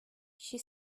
she